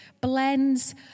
blends